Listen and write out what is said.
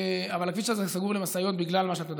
אבל הכביש הזה סגור למשאיות בגלל מה שאתה יודע.